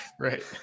right